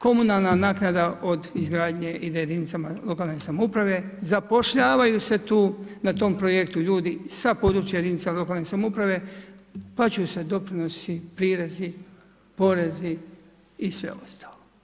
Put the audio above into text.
Komunalna naknada od izgradnje ide jedinicama lokalne samouprave, zapošljavaju se tu na tom projektu ljudi sa područja jedinica lokalne samouprave, plaćaju se doprinosi, prirezi, porezi i sve ostalo.